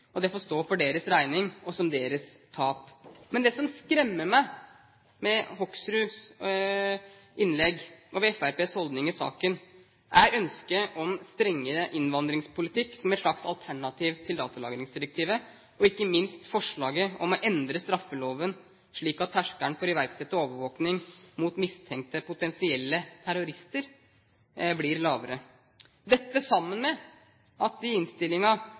og det får stå for deres regning og som deres tap. Men det som skremmer meg med representanten Hoksruds innlegg og med Fremskrittspartiets holdning i saken, er ønsket om en strengere innvandringspolitikk som et slags alternativ til datalagringsdirektivet og ikke minst forslaget om å endre straffeloven, slik at terskelen for å iverksette overvåkning mot mistenkte, potensielle terrorister blir lavere. Dette, sammen med at de i